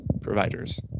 providers